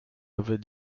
avait